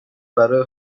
برای